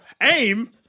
aim